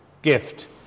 Gift